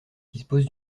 dispose